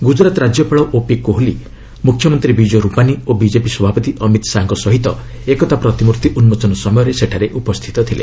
ଗୁକରାତ୍ ରାଜ୍ୟପାଳ ଓପି କୋହଲି ମୁଖ୍ୟମନ୍ତ୍ରୀ ବିଜୟ ରୂପାନୀ ଓ ବିଜେପି ସଭାପତି ଅମିତ ଶାହା ଏକତା ପ୍ରତିମୂର୍ତ୍ତି ଉନ୍କୋଚନ ସମୟରେ ସେଠାରେ ଉପସ୍ଥିତ ଥିଲେ